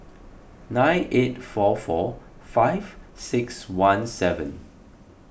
nine eight four four five six one seven